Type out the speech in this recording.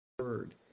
word